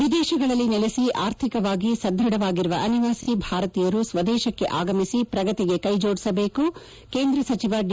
ವಿದೇಶಗಳಲ್ಲಿ ನೆಲೆಸಿ ಆರ್ಥಿಕವಾಗಿ ಸದೃಢವಾಗಿರುವ ಅನಿವಾಸಿ ಭಾರತೀಯರು ಸ್ವದೇಶಕ್ಕೆ ಆಗಮಿಸಿ ಪ್ರಗತಿಗೆ ಕೈಜೋಡಿಸಬೇಕು ಕೇಂದ್ರ ಸಚಿವ ಡಿ